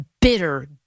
bitter